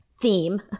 Theme